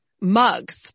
mugs